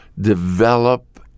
develop